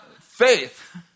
faith